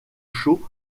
chaud